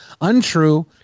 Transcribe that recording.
Untrue